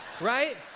Right